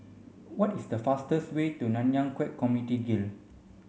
what is the fastest way to Nanyang Khek Community Guild